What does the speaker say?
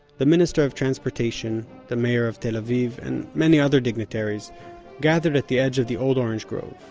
the minister of transportation, the mayor of tel aviv and many other dignitaries gathered at the edge of the old orange grove,